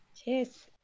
Cheers